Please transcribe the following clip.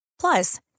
Plus